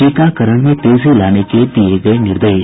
टीकाकरण में तेजी लाने के दिये गये निर्देश